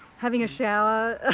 having a shower, ah